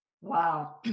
Wow